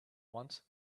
want